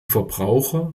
verbraucher